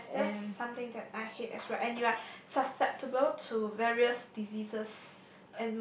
yes that's something that I hate as well and you are susceptible to various diseases